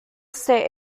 estate